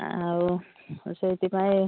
ଆଉ ସେଇଥିପାଇଁ